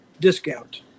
discount